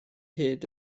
hyd